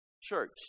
church